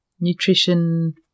nutrition